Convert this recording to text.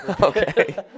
Okay